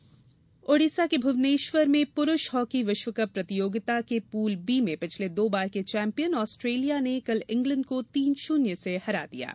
hockey Odisha के भुवनेश्वर में पुरूष हॉकी विश्वकप प्रतियोगिता के पूल बी में पिछले दो बार के चैंपियन ऑस्ट्रेलिया ने कल इंग्लैंड को तीन शून्य से हरा दिया है